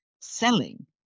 selling